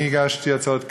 אני הגשתי הצעות כאלה,